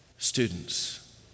students